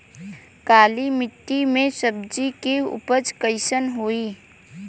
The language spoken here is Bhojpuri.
काली मिट्टी में सब्जी के उपज कइसन होई?